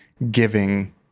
giving